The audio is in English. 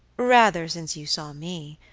rather since you saw me,